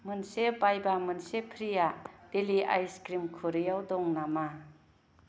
मोनसे बायबा मोनसे फ्रि'आ देलि आइस क्रिम खुरैआव दं नामा